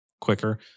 quicker